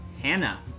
Hannah